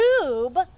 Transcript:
tube